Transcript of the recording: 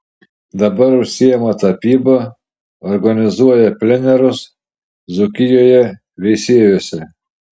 dabar užsiima tapyba organizuoja plenerus dzūkijoje veisiejuose